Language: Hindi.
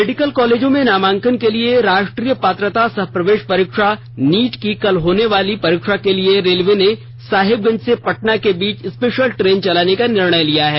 मेडिकल कॉलेजों में नामांकन के लिए राष्ट्रीय पात्रता सह प्रवेश परीक्षा नीट की कल होने वाली परीक्षा के लिए रेलवे ने साहिबगंज से पटना के बीच स्पेशल ट्रेन चलाने का निर्णय लिया है